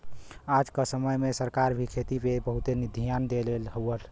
आज क समय में सरकार भी खेती पे बहुते धियान देले हउवन